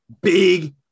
Big